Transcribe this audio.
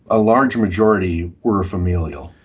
a large majority were familial.